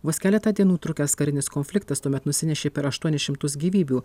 vos keletą dienų trukęs karinis konfliktas tuomet nusinešė per aštuonis šimtus gyvybių